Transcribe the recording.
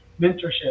mentorship